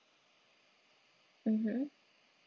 mmhmm